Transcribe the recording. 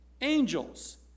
angels